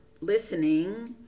listening